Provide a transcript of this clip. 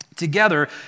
Together